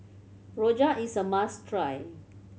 rojak is a must try